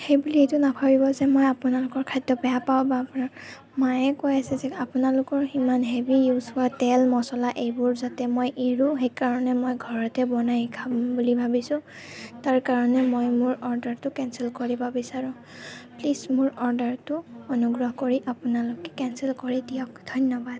সেইবুলি এইটো নাভাবিব যে মই আপোনালোকৰ খাদ্য বেয়া পাওঁ বা মায়ে কৈ আছে যে আপোনালোকৰ সিমান হেভি ইউজ হোৱা তেল মচলা এইবোৰ যাতে মই এৰোঁ সেইকাৰণে মই ঘৰতে বনাই খাম বুলি ভাবিছোঁ তাৰ কাৰণে মই মোৰ অৰ্ডাৰটো কেনচেল কৰিব বিচাৰোঁ প্লিজ মোৰ অৰ্ডাৰটো অনুগ্ৰহ কৰি আপোনালোকে কেনচেল কৰি দিয়ক ধন্যবাদ